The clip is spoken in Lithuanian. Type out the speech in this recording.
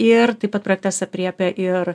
ir taip pat projektas aprėpia ir